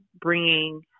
bringing